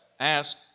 ask